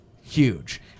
huge